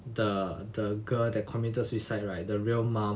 the the girl that committed suicide right the real mom